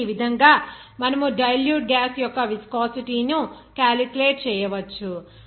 కాబట్టి ఈ విధంగా మనము డైల్యూట్ గ్యాస్ యొక్క విస్కోసిటీ ను క్యాలిక్యులేట్ చేయవచ్చు